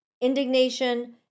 indignation